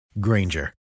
Granger